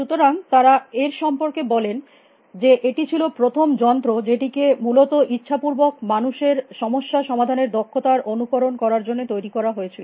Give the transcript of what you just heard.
সুতরাং তারা এর সম্পর্কে বলেন যে এটি ছিল প্রথম যন্ত্র যেটিকে মূলত ইচ্ছাপূর্বক মানুষের সমস্যা সমাধানের দক্ষতা র অনুকরণ করার জন্য তৈরী করা হয়েছিল